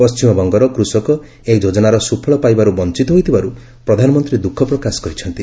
ପଶ୍ଚିମବଙ୍ଗର କୃଷକ ଏହି ଯୋଜନାର ସୁଫଳ ପାଇବାରୁ ବଞ୍ଚିତ ହୋଇଥିବାରୁ ପ୍ରଧାନମନ୍ତ୍ରୀ ଦ୍ରଃଖ ପ୍ରକାଶ କରିଛନ୍ତି